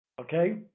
Okay